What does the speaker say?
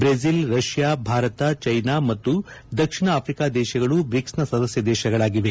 Brazil Russia Bharat China ಮತ್ತು ದಕ್ಷಿಣ ಆಫ್ರಿಕಾದ ದೇಶಗಳು ಬ್ರಿಕ್ಸ್ನ ಸದಸ್ಯ ದೇಶಗಳಾಗಿವೆ